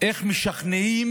איך משכנעים